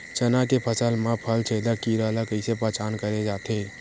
चना के फसल म फल छेदक कीरा ल कइसे पहचान करे जाथे?